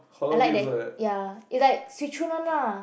I like that ya it's like Swee-Choon one lah